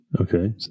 Okay